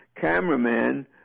cameraman